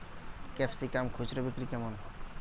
Capsicum খুচরা বিক্রি কেমন?